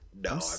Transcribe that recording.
no